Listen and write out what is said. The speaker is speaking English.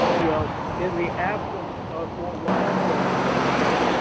well in the absence of more widespread testing,